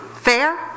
Fair